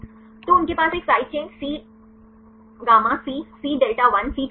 तो उनके पास एक side chain Cγ C Cδ1 C 2 है